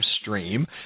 Stream